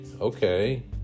okay